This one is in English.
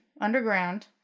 underground